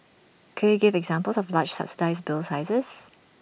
could you give examples of large subsidised bill sizes